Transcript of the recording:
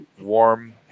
warm